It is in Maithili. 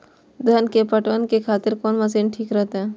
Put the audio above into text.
धान के पटवन के खातिर कोन मशीन ठीक रहते?